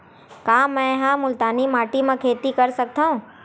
का मै ह मुल्तानी माटी म खेती कर सकथव?